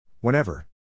Whenever